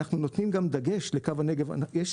אנחנו גם נותנים דגש לקו הנגב המערבי,